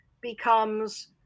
becomes